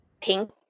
pink